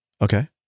Okay